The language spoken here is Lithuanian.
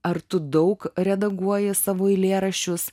ar tu daug redaguoji savo eilėraščius